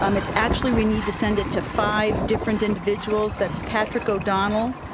um it's actually, we need to send it to five different individuals, that's patrick o'donnell,